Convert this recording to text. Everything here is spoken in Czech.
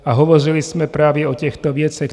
A hovořili jsme právě o těchto věcech.